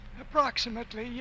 Approximately